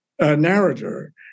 narrator